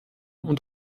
und